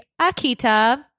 Akita